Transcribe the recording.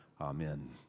Amen